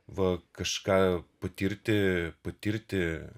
va kažką patirti patirti